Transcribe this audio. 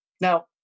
now